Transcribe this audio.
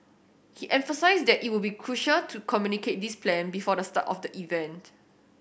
he emphasised that it would be crucial to communicate this plan before the start of the event